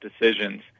decisions